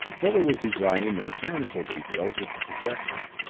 fuller was designing the mechanical details of the projector.